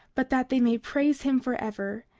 but that they may praise him forever.